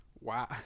Wow